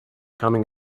coming